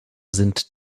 sind